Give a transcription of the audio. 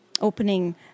opening